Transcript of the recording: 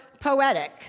poetic